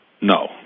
no